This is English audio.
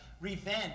revenge